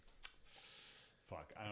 fuck